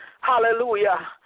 hallelujah